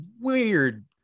weird